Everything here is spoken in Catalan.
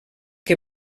que